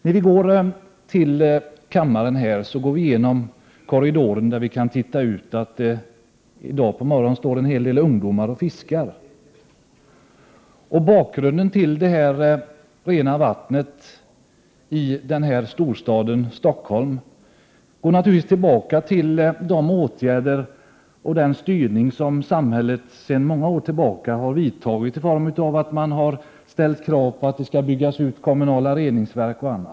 På väg till kammaren går vi genom korridoren där vi kan titta ut. I dag på morgonen står en hel del ungdomar och fiskar. Bakgrunden till det rena vattnet i storstaden Stockholm är naturligtvis samhällets åtgärder och styrning sedan många år tillbaka. Man har ställt krav på utbyggnad av kommunala reningsverk och annat.